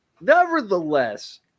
nevertheless